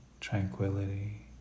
tranquility